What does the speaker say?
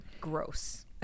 gross